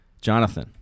Jonathan